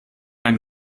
ein